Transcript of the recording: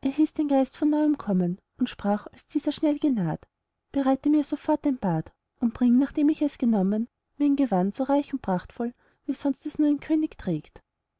er hieß den geist von neuem kommen und sprach als dieser schnell genaht bereite mir sofort ein bad und bring nachdem ich es genommen mir ein gewand so reich und prachtvoll wie sonst es nur ein könig trägt